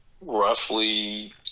roughly